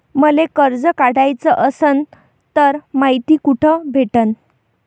मले कर्ज काढाच असनं तर मायती कुठ भेटनं?